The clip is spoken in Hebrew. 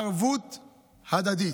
ערבות הדדית.